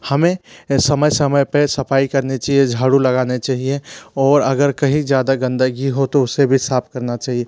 हमें समय समय पे सफाई करनी चाहिए झाड़ू लगाना चाहिए और अगर कहीं ज़्यादा गंदगी हो तो उसे भी साफ करना चाहिए